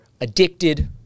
addicted